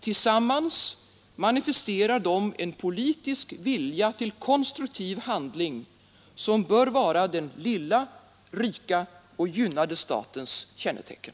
Tillsammans manifesterar de en politisk vilja till konstruktiv handling som bör vara den lilla, rika och gynnade statens kännetecken.